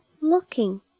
looking